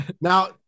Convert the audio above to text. Now